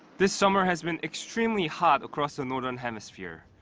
this summer has been extremely hot across the northern hemisphere.